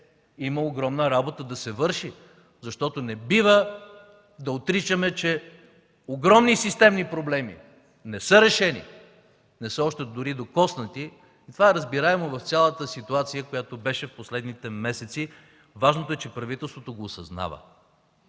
огромна работа, защото не бива да отричаме, че огромни системни проблеми не са решени, не са още дори докоснати – това е разбираемо в цялата ситуация, която беше в последните месеци! Важното е, че правителството го осъзнава